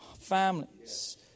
families